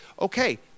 Okay